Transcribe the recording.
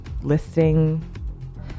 listing